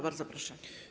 Bardzo proszę.